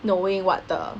knowing what the